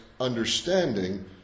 understanding